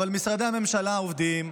אבל משרדי הממשלה עובדים.